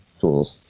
tools